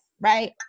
Right